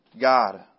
God